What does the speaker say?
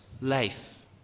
life